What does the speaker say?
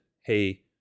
hey